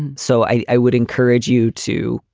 and so i i would encourage you to.